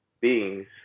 beings